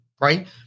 right